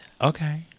Okay